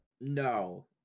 No